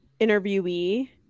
interviewee